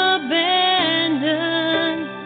abandoned